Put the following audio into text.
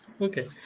Okay